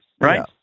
right